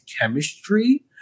chemistry